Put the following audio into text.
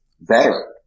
better